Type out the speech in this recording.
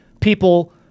people